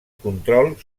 control